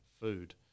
food